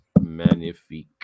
magnifique